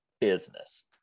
business